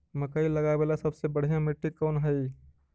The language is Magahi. मकई लगावेला सबसे बढ़िया मिट्टी कौन हैइ?